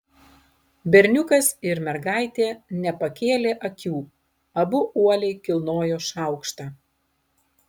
berniukas ir mergaitė nepakėlė akių abu uoliai kilnojo šaukštą